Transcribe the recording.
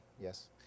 Yes